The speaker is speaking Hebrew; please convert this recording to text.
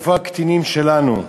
איפה הקטינים שלנו?